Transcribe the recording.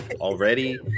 already